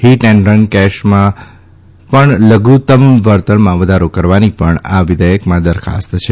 heat and run કેશમાં પણ લધુતમ વળતરમાં વધારો કરવાની પણ આ વિધેયકમાં દરખાસ્ત છે